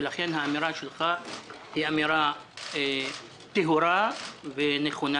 ולכן האמירה שלך היא אמירה טהורה ונכונה,